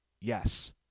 yes